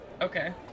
Okay